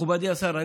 מכובדי השר,